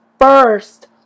First